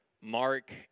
Mark